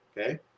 Okay